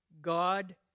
God